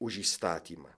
už įstatymą